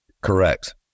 Correct